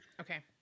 Okay